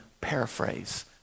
paraphrase